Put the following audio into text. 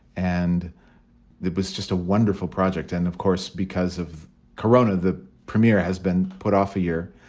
and it was just a wonderful project. and of course, because of korona, the premier has been put off a year,